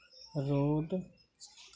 road